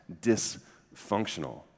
dysfunctional